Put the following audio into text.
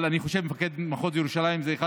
אבל אני חושב שמפקד מחוז ירושלים זה אחד